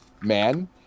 man